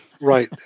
Right